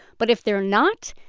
but if they're not,